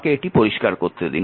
আমাকে এটি পরিষ্কার করতে দিন